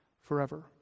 forever